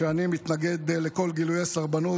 אני מתנגד לכל גילויי הסרבנות,